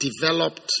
developed